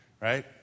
right